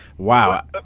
Wow